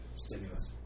stimulus